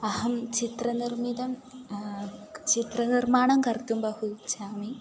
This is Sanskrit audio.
अहं चित्रनिर्मितं चित्रनिर्माणं कर्तुं बहु इच्छामि